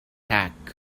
attack